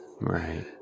Right